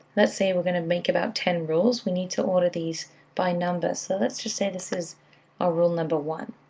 let's say we're going to make about ten rules, we need to order these by numbers. so let's just say this is our rule number one.